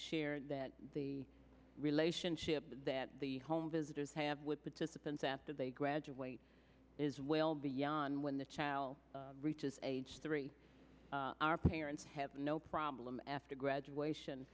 share that the relationship that the home visitors have with participants after they graduate is well beyond when the child reaches age three our parents have no problem after graduation